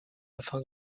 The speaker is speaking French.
afin